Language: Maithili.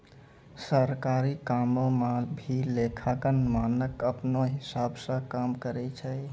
सरकारी कामो म भी लेखांकन मानक अपनौ हिसाब स काम करय छै